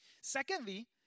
Secondly